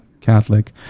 Catholic